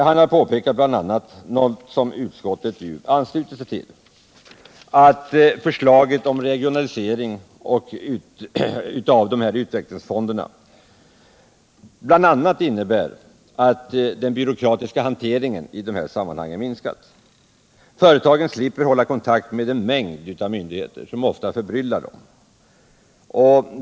Han har påpekat — vilket — företagens utveckutskottet ansluter sig till — att förslaget om regionalisering av utveck = ling, m.m. lingsfonderna bl.a. innebär att den byråkratiska hanteringen minskar. Företagen slipper hålla kontakt med en mängd myndigheter, vilket ofta förbryllar och splittrar dem.